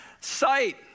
sight